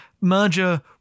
merger